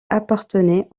appartenait